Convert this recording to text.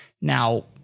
now